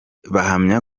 bahamya